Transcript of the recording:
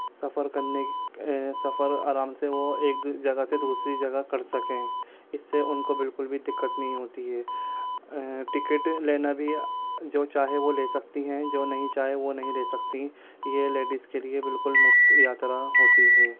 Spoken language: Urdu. سفر کرنے سفر آرام سے ہو ایک جگہ سے دوسری جگہ کر سکیں اس سے ان کو بالکل بھی دکت نہیں ہوتی ہے ٹکٹ لینا بھی جو چاہے وہ لے سکتی ہیں جو نہیں چاہے وہ نہیں لے سکتیں یہ لیڈیز کے لئے بالکل مفت یاترا ہوتی ہے